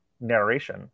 narration